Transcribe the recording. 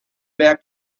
back